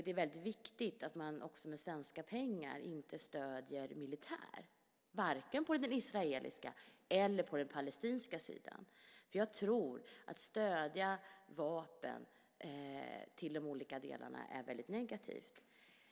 Det är viktigt att man inte med svenska pengar stöder militär, vare sig på den israeliska eller på den palestinska sidan. Jag tror att det är väldigt negativt att stödja vapen till de olika delarna.